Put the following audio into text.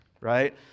right